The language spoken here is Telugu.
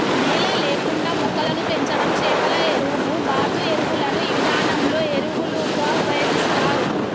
నేల లేకుండా మొక్కలను పెంచడం చేపల ఎరువు, బాతు ఎరువులను ఈ విధానంలో ఎరువులుగా ఉపయోగిస్తారు